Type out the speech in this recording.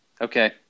Okay